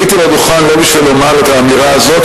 עליתי לדוכן לא בשביל לומר את האמירה הזאת,